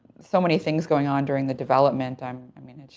so many things going on during the development. i um i mean,